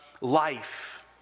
life